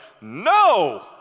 No